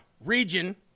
region